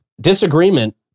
disagreement